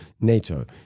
NATO